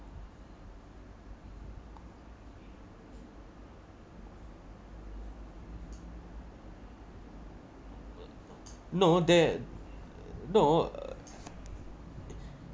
no that no uh